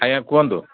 ଆଜ୍ଞା କୁହନ୍ତୁ